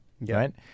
right